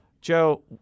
Joe